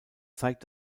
zeigt